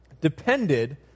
depended